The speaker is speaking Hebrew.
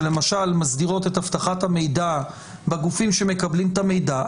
שלמשל מסדירות את אבטחת המידע בגופים שמקבלים את המידע,